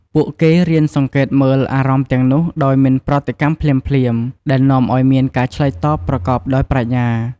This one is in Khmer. ពួកគេរៀនសង្កេតមើលអារម្មណ៍ទាំងនោះដោយមិនប្រតិកម្មភ្លាមៗ ដែលនាំឱ្យមានការឆ្លើយតបប្រកបដោយប្រាជ្ញា។